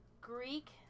Greek